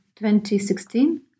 2016